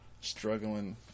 struggling